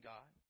God